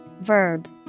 verb